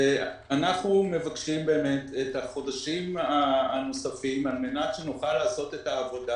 אנחנו מבקשים את החודשים הנוספים על מנת שנוכל לעשות את העבודה